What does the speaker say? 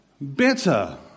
better